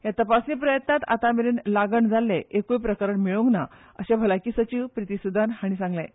ह्या तपासणी यत्नांत आतां मेरेन लागण जाल्ले एक्रय प्रकरण मेळूंक ना अशें भलायकी सचीव प्रीती सुदान हांणी सांगलें